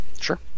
Sure